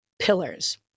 pillars